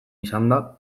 izanda